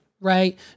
right